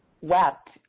wept